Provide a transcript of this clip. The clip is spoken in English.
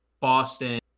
Boston